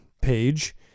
page